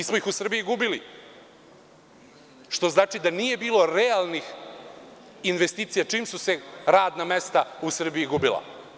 Mi smo ih u Srbiji gubili, što znači da nije bilo realnih investicija čim su se radna mesta u Srbiji gubila.